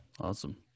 Awesome